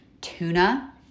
tuna